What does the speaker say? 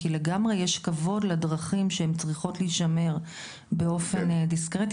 כי לגמרי יש כבוד לדרכים שהן צריכות להישמר באופן דיסקרטי,